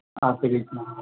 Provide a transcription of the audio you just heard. आब की